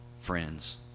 friends